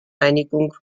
einigung